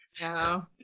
No